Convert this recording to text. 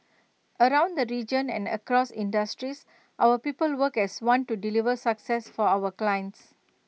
around the region and across industries our people work as one to deliver success for our clients